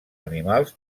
animals